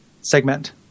segment